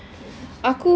okay whose